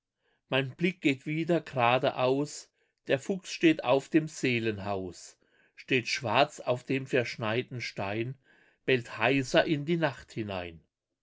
mein blick geht wieder gradeaus der fuchs steht auf dem seelenhaus steht schwarz auf dem verschneiten stein bellt heiser in die nacht hinein